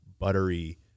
buttery